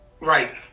Right